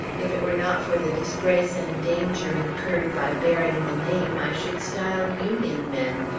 if it were not for the disgrace and danger incurred by bearing the name, i should style union men,